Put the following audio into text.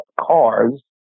cars